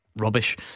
Rubbish